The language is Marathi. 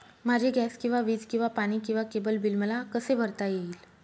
माझे गॅस किंवा वीज किंवा पाणी किंवा केबल बिल मला कसे भरता येईल?